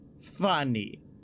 funny